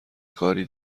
کاری